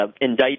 indict